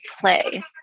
play